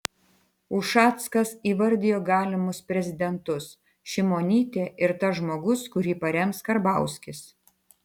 ušackas įvardijo galimus prezidentus šimonytė ir tas žmogus kurį parems karbauskis